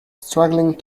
struggling